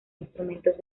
instrumentos